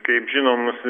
kaip žinomas